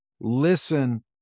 listen